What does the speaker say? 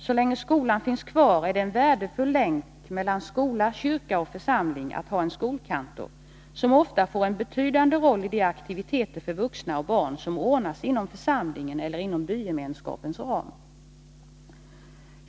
Så länge skolan finns kvar är det en värdefull länk mellan skola, kyrka och församling att ha en skolkantor, som ofta får en betydande roll i de aktiviteter för vuxna och barn som ordnas inom församlingens eller bygemenskapens ram.